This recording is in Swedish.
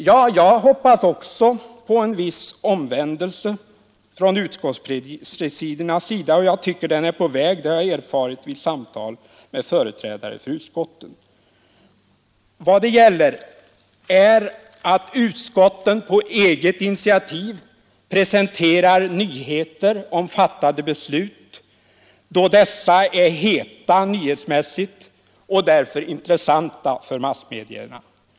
Ja, jag hoppas också på en viss omvändelse från utskottspresidiernas sida. Att den är på väg tycker jag mig ha kunnat märka vid samtal med företrädare Vad det gäller är att utskotten på eget initiativ presenterar nyheter omfattande beslut då dessa är heta nyhetsmässigt och därför intressanta för massmedierna.